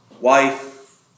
wife